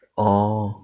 orh